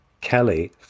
Kelly